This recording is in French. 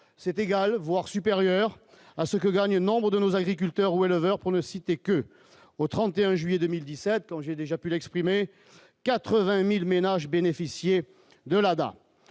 c'est égal, voire supérieur à ce que gagnent nombres de nos agriculteurs ou éleveurs, pour ne citer qu'eux au 31 juillet 2017 ans, j'ai déjà pu l'exprimer 80000 ménages bénéficiaient de la